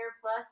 plus